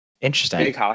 Interesting